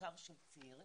בעיקר של צעירים,